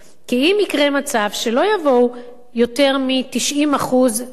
כי אם יקרה מצב שלא יבואו יותר מ-60% מההורים,